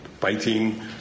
biting